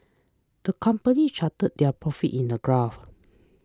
the company charted their profits in a graph